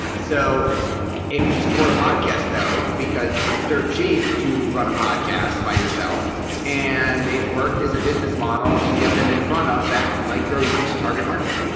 and so it would support a podcast though because its dirt cheap to run a podcast by yourself and it worked as a business model to get them in front of that micro-niche target market.